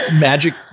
magic